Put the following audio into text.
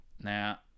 Now